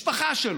משפחה שלו,